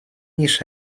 niż